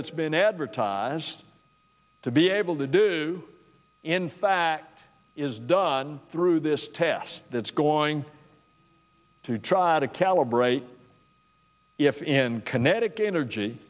it's been advertised to be able to do in fact is done through this test that's going to try to calibrate if in kinetic energy